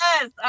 Yes